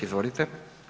Izvolite.